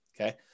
Okay